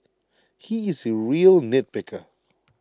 he is A real nitpicker